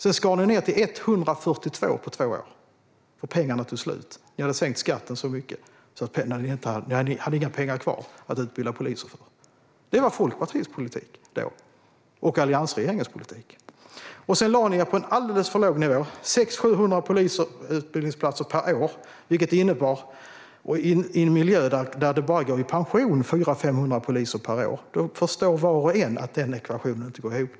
Sedan skar ni ned till 142 på två år för att pengarna tog slut. Ni hade sänkt skatten så mycket att ni inte hade några pengar kvar att utbilda poliser för. Det var Folkpartiets och alliansregeringens politik då. Ni lade er sedan på en alldeles för låg nivå. Det var 600, 700 utbildningsplatser per år i en miljö där det bara går i pension 400, 500 poliser per år. Var och en förstår att den ekvationen inte går ihop.